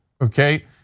okay